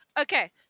okay